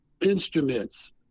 Instruments